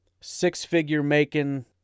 six-figure-making